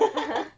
(uh huh)